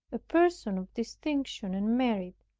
a person of distinction and merit,